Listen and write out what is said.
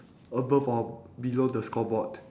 above or below the scoreboard